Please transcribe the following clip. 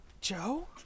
Joe